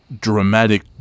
dramatic